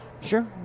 Sure